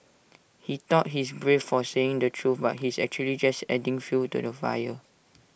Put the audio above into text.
he thought he's brave for saying the truth but he's actually just adding fuel to the fire